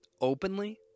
openly